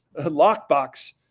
lockbox